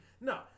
no